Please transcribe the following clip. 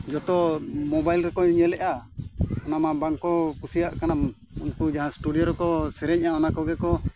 ᱡᱚᱛᱚ ᱨᱮᱠᱚ ᱧᱮᱞᱮᱫᱼᱟ ᱚᱱᱟᱢᱟ ᱵᱟᱝ ᱠᱚ ᱠᱩᱥᱤᱭᱟᱜ ᱠᱟᱱᱟ ᱩᱱᱠᱩ ᱡᱟᱦᱟᱸ ᱨᱮᱠᱚ ᱥᱮᱨᱮᱧᱮᱫᱼᱟ ᱚᱱᱟ ᱠᱚᱜᱮ ᱠᱚ